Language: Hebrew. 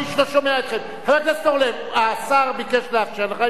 חבר הכנסת אורלב, השר ביקש לאפשר לך, אפשרתי.